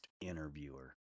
interviewer